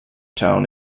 town